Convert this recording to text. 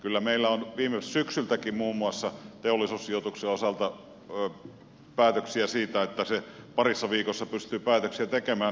kyllä meillä on viime syksyltäkin muun muassa teollisuussijoituksen osalta näyttöä siitä että se parissa viikossa pystyy päätöksiä tekemään